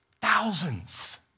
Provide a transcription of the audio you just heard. thousands